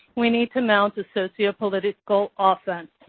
we need to mount a sociopolitical offense.